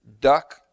duck